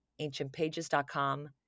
ancientpages.com